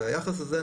והיחס הזה,